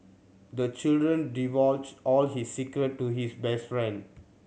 the children divulged all his secret to his best friend